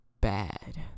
bad